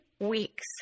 weeks